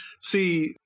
See